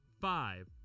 five